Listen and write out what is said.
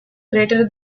greater